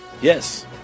Yes